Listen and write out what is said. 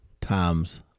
Times